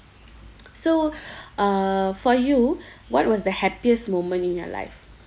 so uh for you what was the happiest moment in your life